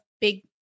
big